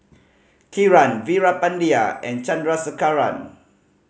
Kiran Veerapandiya and Chandrasekaran